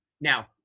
now